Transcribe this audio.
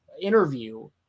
interview